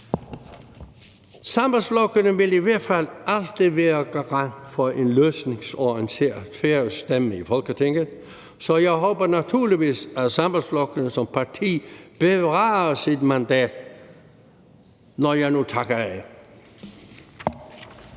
Sambandsflokkurin vil i hvert fald altid være garant for en løsningsorienteret færøsk stemme i Folketinget, så jeg håber naturligvis, at Sambandsflokkurin som parti bevarer sit mandat, når jeg nu takker